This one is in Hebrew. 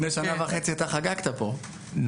לפני שנה וחצי אתה חגגת פה,